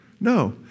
No